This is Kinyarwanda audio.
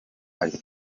ali